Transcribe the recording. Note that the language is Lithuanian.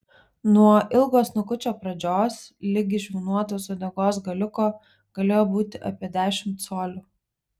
nuo ilgo snukučio pradžios ligi žvynuotos uodegos galiuko galėjo būti apie dešimt colių